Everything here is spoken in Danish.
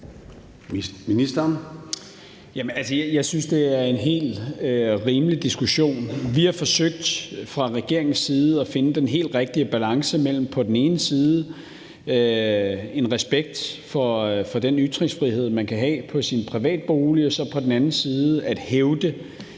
Jeg synes, det er en helt rimelig diskussion. Vi har fra regeringens side forsøgt at finde den helt rigtige balance mellem på den ene side en respekt for den ytringsfrihed, man kan have på sin privatbolig, og så på den anden side at hævde den